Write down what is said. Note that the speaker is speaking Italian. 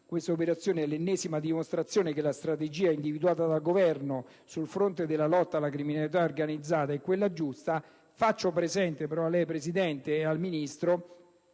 de Paris» è «l'ennesima dimostrazione che la strategia individuata dal Governo, sul fronte della criminalità organizzata, è quella giusta». Faccio presente a lei, Presidente, e al Ministro